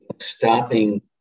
Stopping